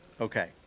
Okay